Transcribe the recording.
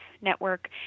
network